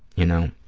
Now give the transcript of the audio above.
you know.